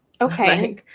Okay